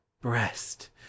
breast